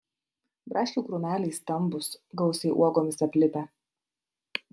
braškių krūmeliai stambūs gausiai uogomis aplipę